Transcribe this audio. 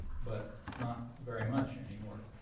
but not very much anymore.